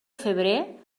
febrer